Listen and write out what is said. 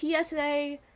psa